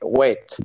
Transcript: wait